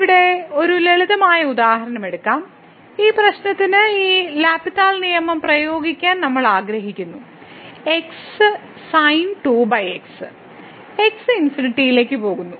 നമുക്ക് ഇവിടെ ഒരു ലളിതമായ ഉദാഹരണം എടുക്കാം ഈ പ്രശ്നത്തിന് ഈ L ഹോസ്പിറ്റൽ നിയമം പ്രയോഗിക്കാൻ നമ്മൾ ആഗ്രഹിക്കുന്നു x ∞ ലേക്ക് പോകുന്നു